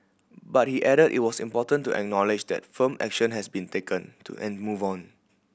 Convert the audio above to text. but he added it was important to acknowledge that firm action has been taken to and move on